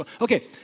Okay